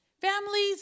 Families